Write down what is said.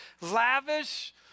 lavish